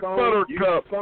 buttercup